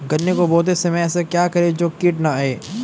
गन्ने को बोते समय ऐसा क्या करें जो कीट न आयें?